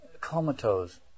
comatose